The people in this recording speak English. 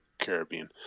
caribbean